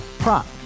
Prop